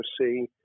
see